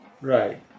Right